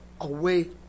away